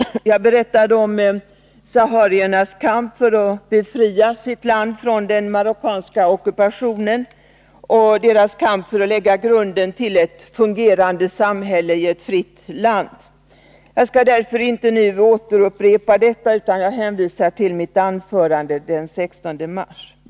Jag berättade om sahariernas kamp för att befria sitt land från den marockanska ockupationen och deras kamp för att lägga grunden till ett fungerande samhälle i ett fritt land. Jag skall därför inte nu upprepa detta, utan jag hänvisar till mitt anförande den 16 mars.